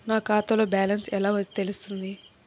నా ఖాతాలో బ్యాలెన్స్ ఎలా తెలుస్తుంది?